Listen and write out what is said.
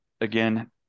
again